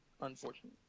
Unfortunately